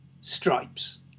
Stripes